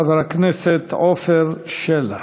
חבר הכנסת עפר שלח.